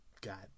got